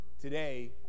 today